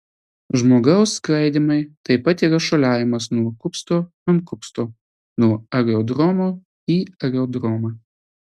žmogaus skraidymai taip pat yra šuoliavimas nuo kupsto ant kupsto nuo aerodromo į aerodromą